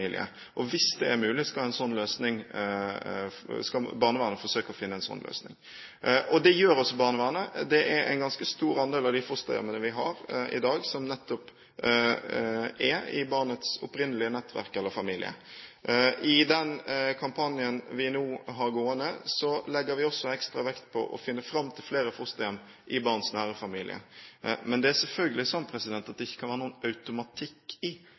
og hvis det er mulig, skal barnevernet forsøke å finne en slik løsning. Det gjør også barnevernet. Det er en ganske stor andel av de fosterhjemmene vi har i dag, som nettopp er i barnets opprinnelige nettverk eller familie. I den kampanjen vi nå har gående, legger vi også ekstra vekt på å finne fram til flere fosterhjem i barnets nære familie. Men det er selvfølgelig slik at det kan ikke være noen automatikk i